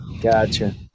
Gotcha